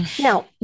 now